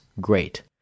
great